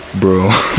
bro